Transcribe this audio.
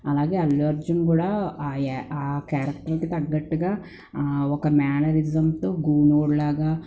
అలాగే అల్లు అర్జున్ కూడా క్యారెక్టర్కి తగ్గట్టుగా ఒక మేనరిజంతో గూనోడిలాగ